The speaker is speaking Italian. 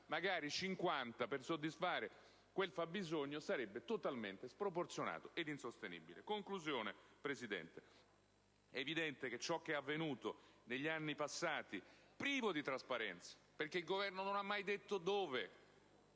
- fase - per soddisfare quel fabbisogno, e ciò sarebbe totalmente sproporzionato ed insostenibile. Signor Presidente, ciò che è avvenuto negli anni passati è privo di trasparenza, perché il Governo non ha mai detto in